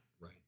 Right